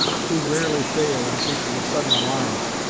who rarely fail in cases of sudden alarms,